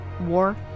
War